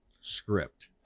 script